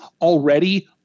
already